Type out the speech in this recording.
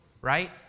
right